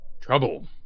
Trouble